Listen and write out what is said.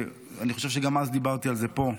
אני חושב שגם אז דיברתי על זה פה,